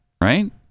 right